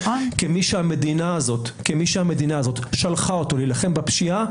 כמי שהמדינה הזאת שלחה אותו להילחם בפשיעה,